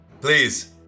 Please